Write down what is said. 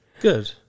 Good